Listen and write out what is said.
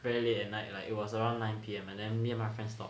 very late at night lah it was around nine P_M and then me and my friends stop